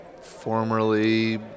formerly